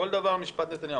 כל דבר משפט נתניהו.